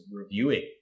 reviewing